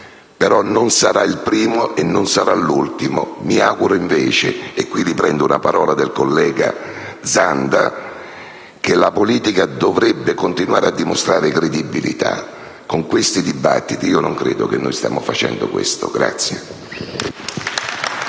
ma non sarà il primo né l'ultimo. Ritengo invece - e qui riprendo una parola del collega Zanda - che la politica dovrebbe continuare a dimostrare credibilità: con questi dibattiti non credo che lo stiamo facendo.